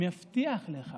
מבטיח לך